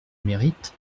mérite